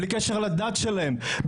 בלי קשר לדת שלהם,